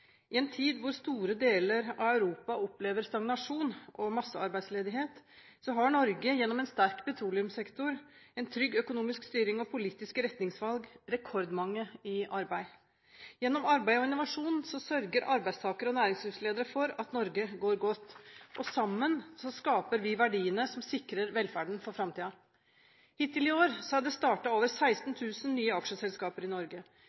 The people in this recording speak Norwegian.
i arbeid. I en tid hvor store deler av Europa opplever stagnasjon og massearbeidsledighet har Norge, gjennom en sterk petroleumssektor, en trygg økonomisk styring og politiske retningsvalg, rekordmange i arbeid. Gjennom arbeid og innovasjon sørger arbeidstakere og næringslivsledere for at Norge går godt, og sammen skaper vi verdiene som sikrer velferden for framtiden. Hittil i år er det startet over 16 000 nye aksjeselskaper i Norge,